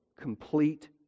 complete